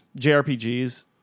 JRPGs